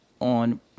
on